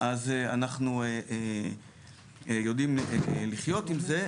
אז אנחנו יודעים לחיות עם זה.